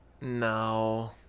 No